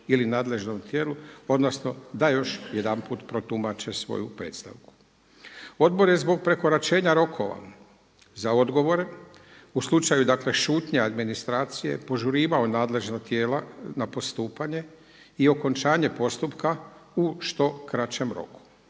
ili nadležnom tijelu odnosno da još jedanput protumače svoju predstavku. Odbor je zbog prekoračenja rokova za odgovore u slučaju dakle šutnje administracije požurivao nadležna tijela na postupanje i okončanje postupka u što kraćem roku.